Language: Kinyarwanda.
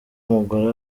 umugore